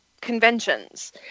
conventions